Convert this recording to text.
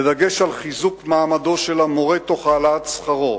בדגש על חיזוק מעמדו של המורה, תוך העלאת שכרו.